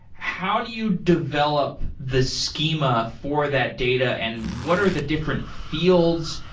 how do you develop the schema for that data and what are the different fields?